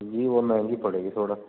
جی وہ مہنگی پڑے گی تھوڑا